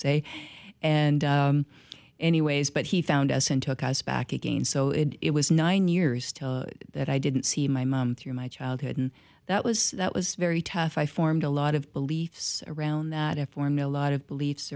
say and anyways but he found us and took us back again so it was nine years still that i didn't see my mom through my childhood and that was that was very tough i formed a lot of beliefs around that if for no lot of beliefs